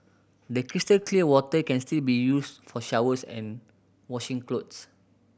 the crystal clear water can still be used for showers and washing clothes